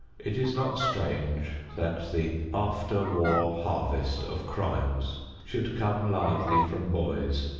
it is not strange that the after-war harvest of crimes should come largely from boys,